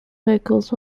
vocals